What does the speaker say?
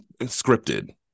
scripted